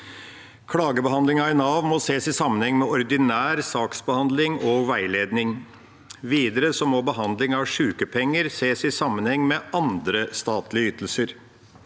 Klagebehandlingen i Nav må ses i sammenheng med ordinær saksbehandling og veiledning. Videre må behandling av sykepenger ses i sammenheng med andre statlige ytelser.